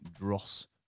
dross